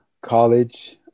College